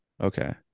Okay